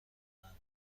اند